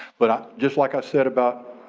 but i just like i said about